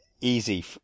easy